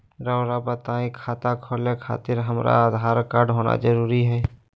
रउआ बताई खाता खोले खातिर हमरा आधार कार्ड होना जरूरी है?